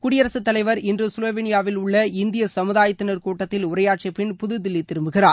குடியரசு தலைவர் இன்று சுவோவேளியாவில் உள்ள இந்திய சமுதாயத்தினர் கூட்டத்தில் உரையாற்றிய பின் புதுதில்லி திரும்புகிறார்